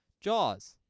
Jaws